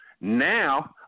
Now